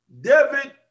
David